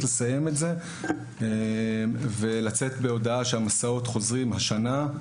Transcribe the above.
לסיים את זה ולצאת בהודעה שהמסעות חוזרים השנה.